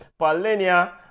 Paulinia